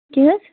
کیٛاہ حظ